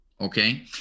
okay